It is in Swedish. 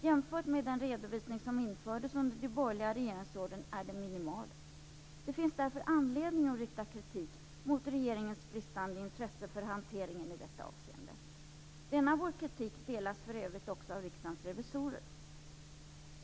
Jämfört med den redovisning som infördes under de borgerliga regeringsåren är den minimal. Det finns därför anledning att rikta kritik mot regeringens bristande intresse för hanteringen i detta avseende. Denna vår kritik delas för övrigt också av Riksdagens revisorer.